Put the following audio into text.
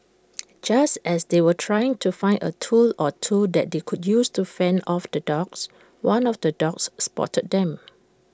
just as they were trying to find A tool or two that they could use to fend off the dogs one of the dogs spotted them